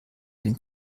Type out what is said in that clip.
den